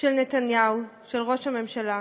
של נתניהו, של ראש הממשלה,